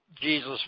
Jesus